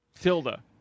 Tilda